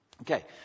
Okay